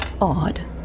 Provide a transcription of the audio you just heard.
odd